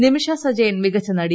നിമിഷ സജയൻ മികച്ച നടി